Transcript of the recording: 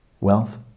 wealth